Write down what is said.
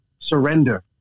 Surrender